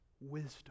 wisdom